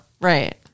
Right